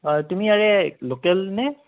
অ' তুমি ইয়াৰে লোকেল নে